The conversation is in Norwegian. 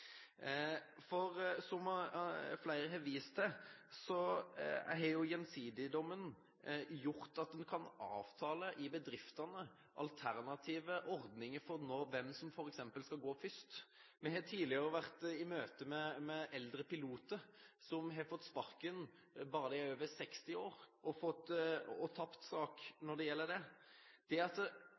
Som flere har vist til, har Gjensidige-dommen gjort at en kan avtale i bedriftene alternative ordninger for hvem som f.eks. skal gå først. Vi har tidligere vært i møte med eldre piloter som har fått sparken bare de er over 60 år, og tapt sak når det gjelder det. Avtaleretten står så sterkt at